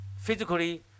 physically